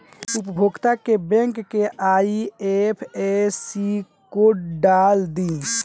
उपभोगता के बैंक के आइ.एफ.एस.सी कोड डाल दी